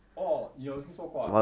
orh 你有听说过 ah